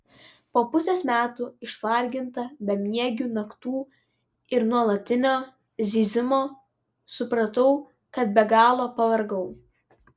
po pusės metų išvarginta bemiegių naktų ir nuolatinio zyzimo supratau kad be galo pavargau